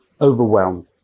overwhelmed